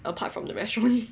apart from the restaurant